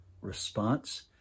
response